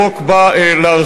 החוק בא להרחיב,